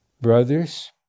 brothers